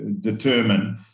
determine